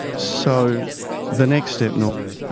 so the next step, norman,